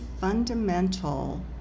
fundamental